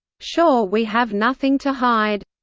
sure we have nothing to hide.